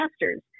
master's